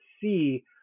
see